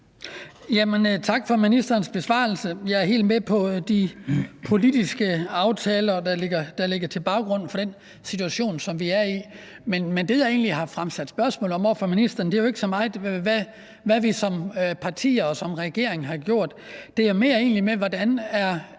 Tak for ministerens besvarelse. Jeg er helt med på de politiske aftaler, der ligger i den situation, som vi er i. Men det, jeg har fremsat et spørgsmål til ministeren om, er jo ikke så meget, hvad partierne og regeringen har gjort, men det er mere, hvordan de